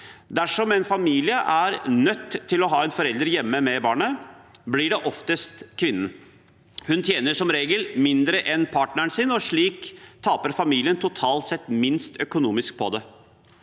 Dersom en familie er nødt til å ha en forelder hjemme med barnet, blir det oftest kvinnen. Hun tjener som regel mindre enn partneren sin, og slik taper familien totalt sett minst økonomisk på det.